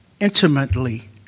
intimately